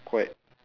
quite